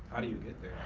how do you get there?